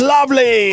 Lovely